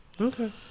Okay